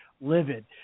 livid